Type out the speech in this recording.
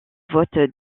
vote